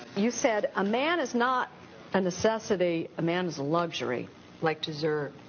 you said a man is not a necessity. a man is a luxury like dessert.